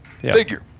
figure